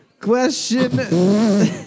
Question